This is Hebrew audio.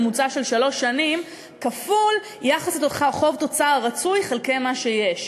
ממוצע של שלוש שנים כפול יחס חוב תוצר הרצוי חלקי מה שיש.